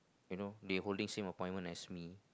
you know they holding same appointment as me